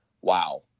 wow